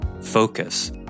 focus